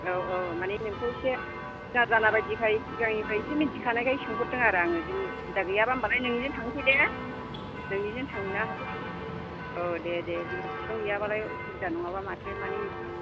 औ औ माने नोंखौ एसे सिना जाना बायदिखाय सिगांनिफ्राय एसे मिथिखानायखाय सोंहरदों आरो आङो जेबो उसुबिदा गैयाबा होनबालाय नोंनिजों थांसै दे नोंनिजों थांनो हासिगोन औ दे दे जेबो प्रब्लेम गैयाबालाय उसुबिदा नङाबा माथो माने एसे